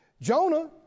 Jonah